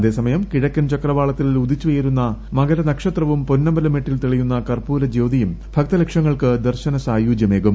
അതേസമയം കിഴക്കൻ ചക്രവാളത്തിൽ ഉദിച്ചുയരുന്ന മകര നക്ഷത്രവും പൊന്നമ്പലമേട്ടിൽ തെളിയുന്ന കർപ്പൂര ജ്യോതിയും ഭക്തലക്ഷങ്ങൾക്ക് ദർശന സായൂജ്യമേകും